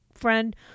friend